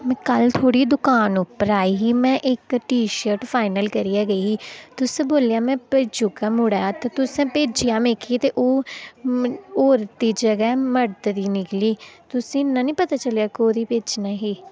में कल्ल थुहाड़ी दुकान पर आई ही में इक्क टी शर्ट फाइनल करियै गेई ही तुसें बोल्लेआ में भेजी ओड़गा मुड़े हत्थ तुसें भेजेआ मिगी ते ओह् औरत दी जगह मर्द दी निकली तुसें ई इ'न्ना निं पता चलेआ के कोह्दी भेजनी ही